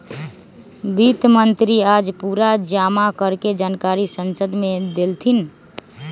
वित्त मंत्री आज पूरा जमा कर के जानकारी संसद मे देलथिन